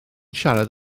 siarad